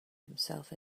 himself